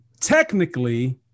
technically